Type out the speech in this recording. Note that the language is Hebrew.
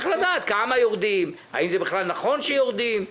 צריך לדעת בכמה יורדים, האם בכלל נכון שיורדים.